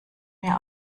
mir